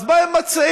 אז מה הם מציעים?